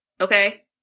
Okay